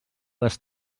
les